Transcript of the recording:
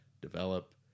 develop